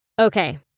Okay